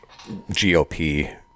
GOP